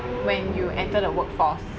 when you enter the workforce